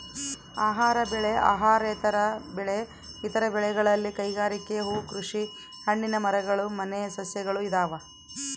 ಆಹಾರ ಬೆಳೆ ಅಹಾರೇತರ ಬೆಳೆ ಇತರ ಬೆಳೆಗಳಲ್ಲಿ ಕೈಗಾರಿಕೆ ಹೂಕೃಷಿ ಹಣ್ಣಿನ ಮರಗಳು ಮನೆ ಸಸ್ಯಗಳು ಇದಾವ